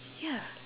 ya